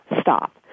stop